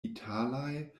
italaj